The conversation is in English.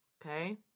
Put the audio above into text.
Okay